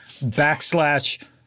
backslash-